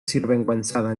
sinvergüenzada